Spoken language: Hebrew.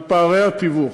על פערי התיווך.